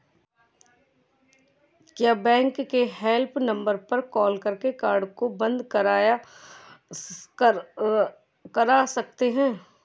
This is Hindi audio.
क्या बैंक के हेल्पलाइन नंबर पर कॉल करके कार्ड को बंद करा सकते हैं?